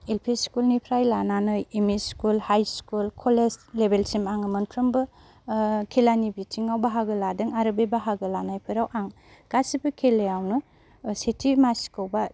L P school निफ्राय लानानै M E school high school college लेबेल सिम आङो मोनफ्रोमबो खेलानि बिथिंआव बाहागो लादों आरो बे बाहागो लानायफोराव आं गासैबो खेलायावनो सेथि मासिखौ बा